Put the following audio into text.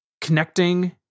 connecting